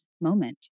moment